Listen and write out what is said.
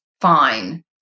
fine